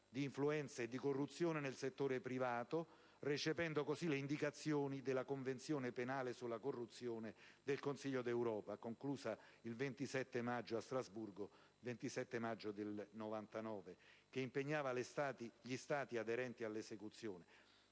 di influenze e di corruzione nel settore privato, recependo così le indicazioni della Convenzione penale sulla corruzione del Consiglio d'Europa, conclusa a Strasburgo il 27 gennaio 1999, che impegnava gli Stati aderenti all'esecuzione.